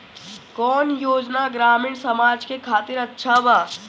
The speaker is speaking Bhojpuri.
कौन योजना ग्रामीण समाज के खातिर अच्छा बा?